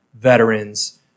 veterans